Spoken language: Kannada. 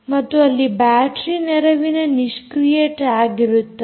ಮತ್ತು ಅಲ್ಲಿ ಬ್ಯಾಟರೀ ನೆರವಿನ ನಿಷ್ಕ್ರಿಯ ಟ್ಯಾಗ್ ಇರುತ್ತದೆ